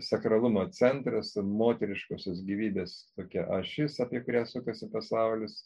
sakralumo centras ir moteriškosios gyvybės tokia ašis apie kurią sukasi pasaulis